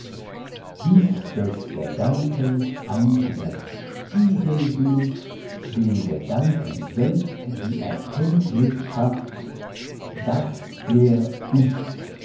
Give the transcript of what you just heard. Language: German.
des gedankens eignes spiegelbild dem gedanken selbst die erkenntnis schafft daß er ist